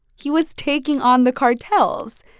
he was taking on the cartels.